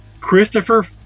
Christopher